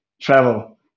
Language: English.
travel